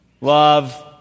love